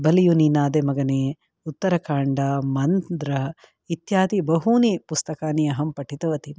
तब्बलियुनिनादेमगने उत्तरकाण्ड मन्द्र इत्यादि बहूनि पुस्तकानि अहं पठितवती